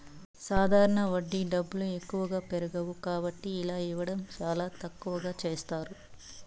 సాధారణ వడ్డీ డబ్బులు ఎక్కువగా పెరగవు కాబట్టి ఇలా ఇవ్వడం చాలా తక్కువగా చేస్తారు